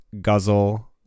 guzzle